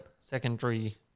secondary